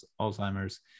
Alzheimer's